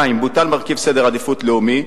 2. בוטל מרכיב סדר עדיפויות לאומי,